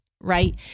right